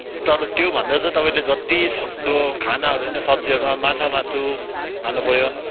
तर त्योभन्दा चाहिँ तपाईँले जत्तिसक्दो खानाहरू नै सब्जीहरूमा माछा मासु खानुपऱ्यो